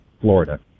Florida